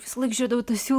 visąlaik žiūrėdavau į tą siū